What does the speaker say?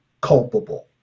culpable